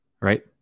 right